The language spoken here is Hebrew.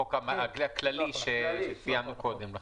לחוק הכללי שציינו קודם.